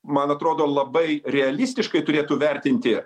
man atrodo labai realistiškai turėtų vertinti